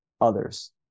others